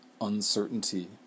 uncertainty